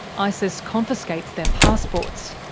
isis confiscates their passports.